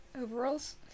Overalls